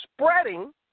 spreading